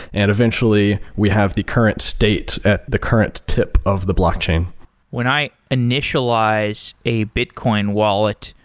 and eventually we have the current state at the current tip of the blockchain. when i initialize a bitcoin wallet,